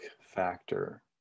factor